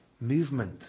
movement